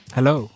Hello